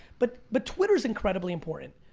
but but twitter's incredibly important.